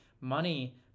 money